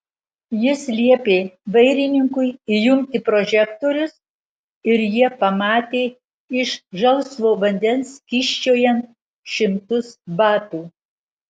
jis liepė vairininkui įjungti prožektorius ir jie pamatė iš žalsvo vandens kyščiojant šimtus batų